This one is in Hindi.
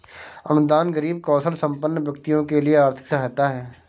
अनुदान गरीब कौशलसंपन्न व्यक्तियों के लिए आर्थिक सहायता है